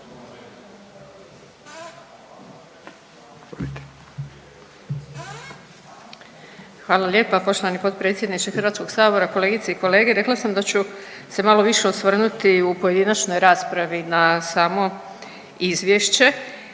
Hvala lijepa poštovani potpredsjedniče Hrvatskog sabora, kolegice i kolege. Rekla sam da ću se malo više osvrnuti u pojedinačnoj raspravi na samo izvješće